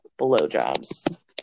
blowjobs